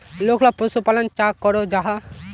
लोकला पशुपालन चाँ करो जाहा?